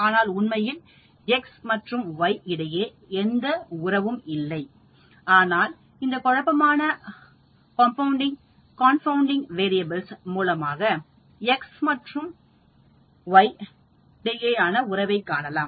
ஆனால்உண்மையில் X மற்றும் Y இடையே எந்த உறவும் இல்லை ஆனால் இந்த குழப்பமான மாறி கார்ன்பவுண்டிங் மாறிகள் மூலமாக எக்ஸ் மற்றும் இடையே ஆன உறவை காணலாம்